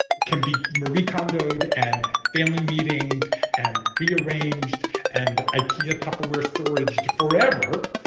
can be maricon dode and family meeting and rearranged and ikea tupperware storage to forever